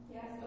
Yes